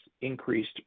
increased